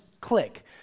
click